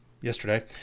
yesterday